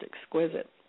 exquisite